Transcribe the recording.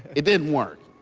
it didn't work.